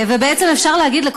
ובעצם אפשר להגיד,